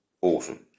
awesome